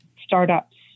startups